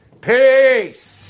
Peace